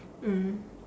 mm